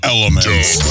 Elements